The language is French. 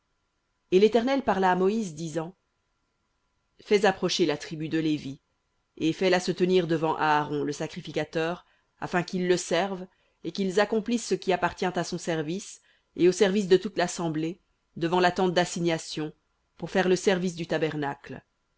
et l'éternel parla à moïse disant fais approcher la tribu de lévi et fais-la se tenir devant aaron le sacrificateur afin qu'ils le servent et qu'ils accomplissent ce qui appartient à son service et au service de toute l'assemblée devant la tente d'assignation pour faire le service du tabernacle